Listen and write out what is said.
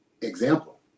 Example